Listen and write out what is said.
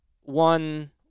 one